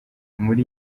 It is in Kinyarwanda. muri